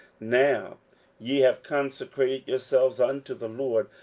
now ye have consecrated yourselves unto the lord,